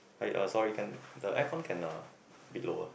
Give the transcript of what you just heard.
hi uh sorry can the aircon can uh a bit lower